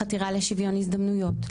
חתירה לשוויון הזדמנויות,